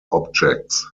objects